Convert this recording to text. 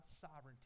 sovereignty